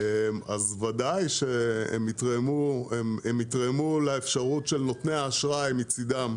אז בוודאי שהם יתרמו לאפשרות של נותני האשראי מצידם.